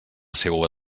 seua